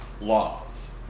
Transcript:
laws